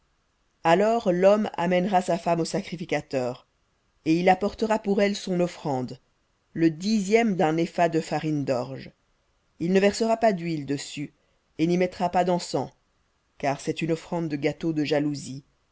alors l'homme amènera sa femme au sacrificateur et il apportera pour elle son offrande le dixième d'un épha de farine d'orge il ne versera pas d'huile dessus et n'y mettra pas d'encens car c'est une offrande de gâteau de jalousie